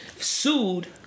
sued